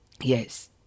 Yes